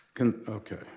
Okay